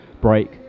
break